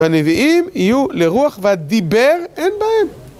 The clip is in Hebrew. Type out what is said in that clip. הנביאים יהיו לרוח, והדיבר אין בהם.